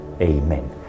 Amen